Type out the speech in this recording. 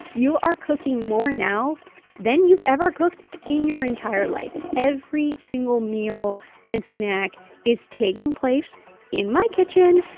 you are cooking more now than you've ever cooked in your entire life. every single meal and snack is taking place in my kitchen.